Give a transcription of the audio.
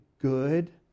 good